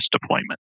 deployment